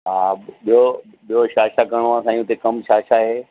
हा ॿियो ॿियो छा छा करिणो आहे साईं हुते कम छा छा आहे